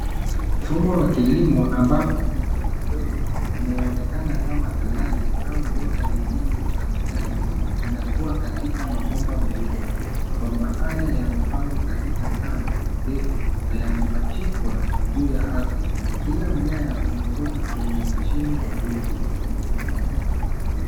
Mfumo wa kilimo ambapo mimea midogo, inayoonekana kama saladi au mboga nyingine za majani, inakuwa katika mabomba meupe. Mabomba haya yamepangwa katika safu ndefu, na yamepachikwa, juu ya ardhi. Kila mmea, umetoka kwenye mashimo madogo.